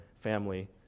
family